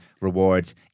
rewards